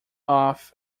off